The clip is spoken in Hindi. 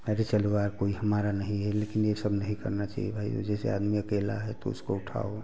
अरे चलो यार कोई हमारा नहीं है लेकिन ये सब नहीं करना चाहिए भाई जैसे आदमी अकेला है तो उसको उठाओ